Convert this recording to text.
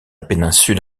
péninsule